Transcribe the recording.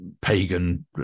pagan